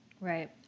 Right